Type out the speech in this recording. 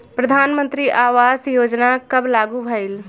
प्रधानमंत्री आवास योजना कब लागू भइल?